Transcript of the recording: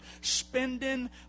spending